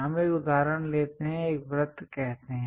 हम एक उदाहरण लेते हैं एक वृत्त कहते हैं